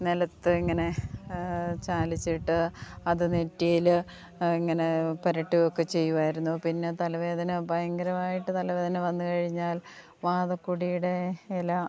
നിലത്ത് ഇങ്ങനെ ചാലിച്ചിട്ട് അതു നെറ്റിയിൽ ഇങ്ങനെ പുരട്ടുകയൊക്കെ ചെയ്യുമായിരുന്നു പിന്നെ തലവേദന ഭയങ്കരമായിട്ട് തലവേദന വന്നു കഴിഞ്ഞാൽ വാതക്കൊടിയുടെ ഇല